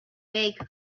make